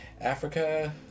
Africa